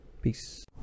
peace